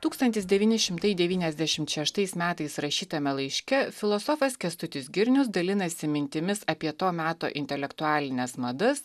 tūkstantis devyni šimtai devyniasdešimt šeštais metais rašytame laiške filosofas kęstutis girnius dalinasi mintimis apie to meto intelektualines madas